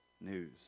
news